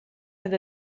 have